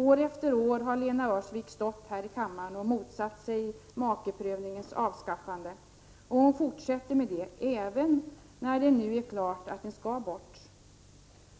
År efter år har Lena Öhrsvik stått här i kammaren och motsatt sig makeprövningens avskaffande, och hon fortsätter med det även när det nu är klart att den skall bort.